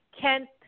Kent